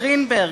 גרינברג,